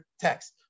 text